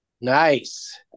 nice